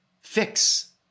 fix